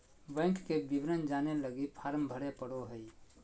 bank के विवरण जाने लगी फॉर्म भरे पड़ो हइ